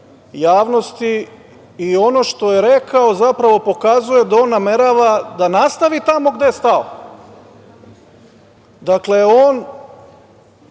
javnosti i ono što je rekao zapravo pokazuje da on namerava da nastavi tamo gde je stao. Dakle, on